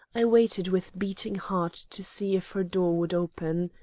i waited with beating heart to see if her door would open.